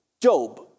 Job